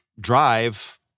drive—